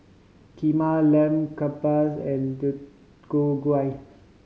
Kheema Lamb Kebabs and Deodeok Gui